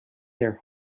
their